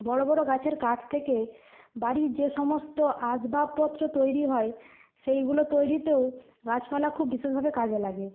বড় বড় গাছের কাঠ থেকে বাড়ির যে সমস্ত আসবাবপত্র তৈরি হয় সেইগুলো তৈরিতেও গাছপালা খুব বিশেষভাবে কাজে লাগে